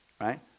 right